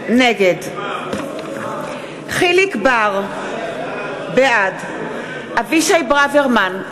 נגד יחיאל חיליק בר, בעד אבישי ברוורמן,